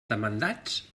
demandats